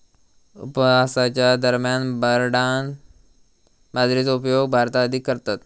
उपवासाच्या दरम्यान बरनार्ड बाजरीचो उपयोग भारतात अधिक करतत